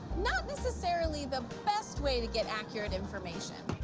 not necessarily the best way to get accurate information.